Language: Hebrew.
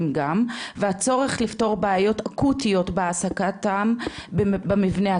גם והצורך לפתור בעיות אקוטיות בהעסקתם במבנה הקיים,